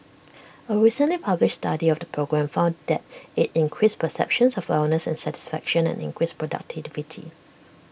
A recently published study of the program found that IT increased perceptions of wellness and satisfaction and increased productivity